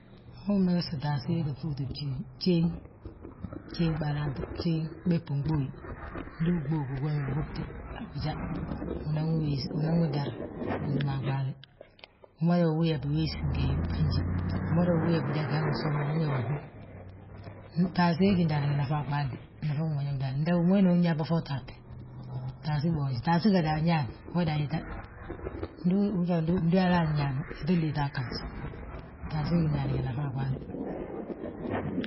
Wima umegesti taasi wegí ŧuuti gjéeŋ, bjéeŋ, bjéeŋ beebi binɓuyi, ndi biɓu gug wembe bigóte, a boja, unan unanwi dar unúma a ɓaale. Umada uwi yaa biyósi ngi mbanji, umada yaa bidangi hanu usol mo, umadan uwi yaa bihú, taasí we gí ndaani ngi nafa a ɓaale, nafa wi ma ñóbi ndaani, nda winooni unyaa be fo utaaste. Taasi boonju, taasi gada a wuñaan ugada ayet, ndi halaa ññaan, yetin liita agaaj, taasí we gí ndaani ngi nafa a ɓaale.